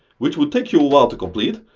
which would take you a while to complete,